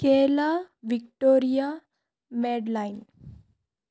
కేళ Victoria Madeline